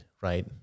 right